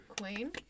Queen